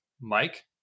Mike